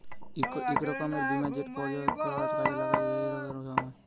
ইক রকমের বীমা যেট পর্যটকরা কাজে লাগায় বেইরহাবার ছময়